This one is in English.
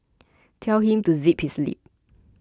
tell him to zip his lip